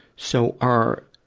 so, are,